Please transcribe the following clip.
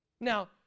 Now